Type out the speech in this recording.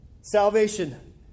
Salvation